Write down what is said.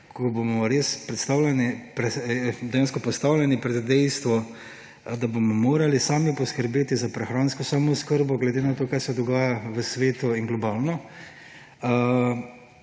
ko bomo dejansko postavljeni pred dejstvo, da bomo morali sami poskrbeti za prehransko samooskrbo, glede na to, kaj se dogaja v svetu in globalno,